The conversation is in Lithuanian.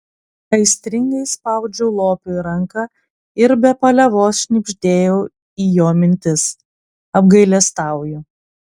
aistringai spaudžiau lopui ranką ir be paliovos šnibždėjau į jo mintis apgailestauju